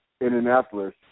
Indianapolis